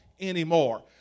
anymore